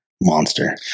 monster